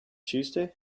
tuesday